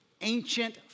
ancient